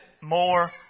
more